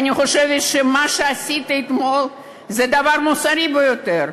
ואני חושבת שמה שעשית אתמול זה דבר מוסרי ביותר,